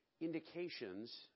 indications